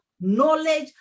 knowledge